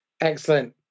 Excellent